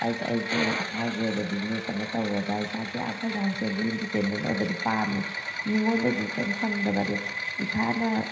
ꯍꯥꯏꯗꯤ ꯑꯩꯁꯦ ꯏꯁꯥꯒꯤ ꯑꯣꯏꯕ ꯕꯤꯖꯤꯅꯦꯁ ꯑꯃ ꯇꯧꯔꯒ ꯏꯁꯥꯁꯦ ꯌꯥꯝ ꯐꯥꯏꯅꯥꯟꯁꯦꯜꯂꯤ ꯏꯟꯗꯤꯄꯦꯟꯗꯦꯟ ꯑꯣꯏꯕꯗꯣ ꯄꯥꯝꯃꯦ ꯃꯤꯉꯣꯟꯗꯒꯤ ꯀꯔꯤꯝ ꯍꯪꯗꯕ ꯑꯗꯩ ꯏꯁꯥꯅ